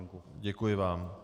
Děkuji vám.